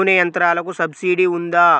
నూనె యంత్రాలకు సబ్సిడీ ఉందా?